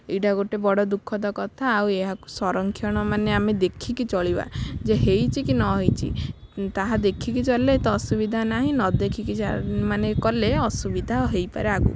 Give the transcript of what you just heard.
ଏଇଟା ଗୋଟେ ବଡ଼ ଦୁଃଖଦ କଥା ଆଉ ଏହାକୁ ସଂରକ୍ଷଣ ମାନେ ଆମେ ଦେଖିକି ଚଳିବା ଯେ ହେଇଛି କି ନ ହେଇଛି ତାହା ଦେଖିକି ଚାଲିଲେ ତ ଅସୁବିଧା ନାହିଁ ନ ଦେଖିକି ମାନେ କଲେ ଅସୁବିଧା ହେଇପାରେ ଆଗକୁ